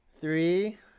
three